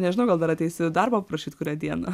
nežinau gal dar ateisiu darbo prašyt kurią dieną